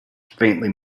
faintly